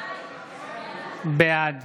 בעד